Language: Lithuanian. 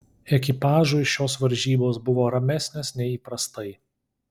ekipažui šios varžybos buvo ramesnės nei įprastai